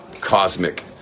cosmic